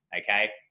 Okay